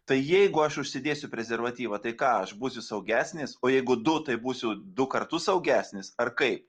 tai jeigu aš užsidėsiu prezervatyvą tai ką aš būsiu saugesnis o jeigu du tai būsiu du kartus saugesnis ar kaip